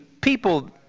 people